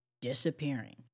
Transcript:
disappearing